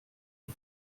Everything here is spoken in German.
auf